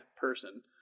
person